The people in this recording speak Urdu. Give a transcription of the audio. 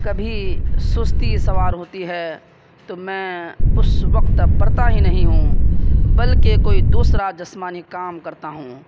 کبھی سستی سوار ہوتی ہے تو اس وقت میں پڑھتا ہی نہیں ہوں بلکہ کوئی دوسرا جسمانی کام کرتا ہوں